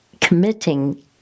committing